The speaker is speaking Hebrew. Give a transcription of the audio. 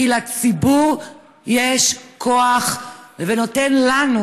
כי לציבור יש כוח וזה נותן לנו,